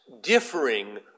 differing